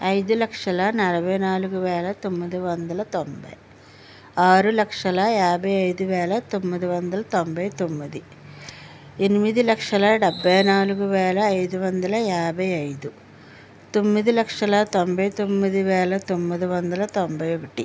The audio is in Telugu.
ఐదు లక్షల నలభై నాలుగు వేల తొమ్మిది వందల తొంభై ఆరు లక్షల యాభై ఐదు వేల తొమ్మిది వందల తొంభై తొమ్మిది ఎనిమిది లక్షల డెబ్బై నాలుగు వేల ఐదు వందల యాభై ఐదు తొమ్మిది లక్షల తొంభై తొమ్మిది వేల తొమ్మిది వందల తొంభై ఒకటి